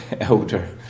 elder